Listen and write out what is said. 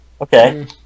Okay